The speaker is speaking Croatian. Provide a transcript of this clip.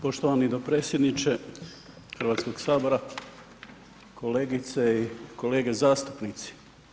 Poštovani dopredsjedniče Hrvatskog sabora, kolegice i kolege zastupnici.